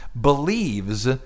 believes